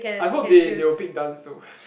I hope they they will pick dance though